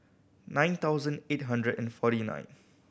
nine thousand eight hundred and forty nine